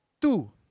two